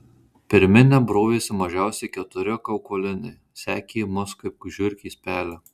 per minią brovėsi mažiausiai keturi kaukoliniai sekė mus kaip žiurkės pelę